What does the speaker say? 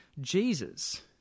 Jesus